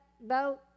boat